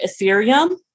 Ethereum